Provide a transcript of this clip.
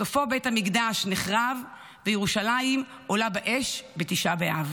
שבסופו בית המקדש נחרב וירושלים עולה באש בתשעה באב.